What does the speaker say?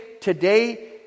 today